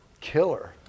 killer